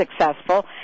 successful